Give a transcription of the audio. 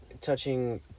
touching